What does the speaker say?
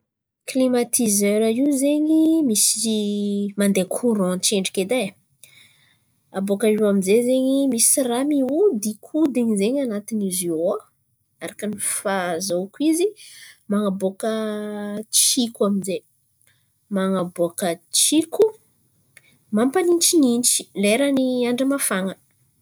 Klimatiser io zen̈y misy mandeha koran tsendriky edy ai. Abôkà eo amin'jay zen̈y misy raha miodinkodin̈y zen̈y an̈atin̈y izy io ao, araka ny fahazahoako izy. Man̈aboaka tsiko amin'jay, man̈aboakà tsiko mampanintsinintsy lera kôa fa andra mafana.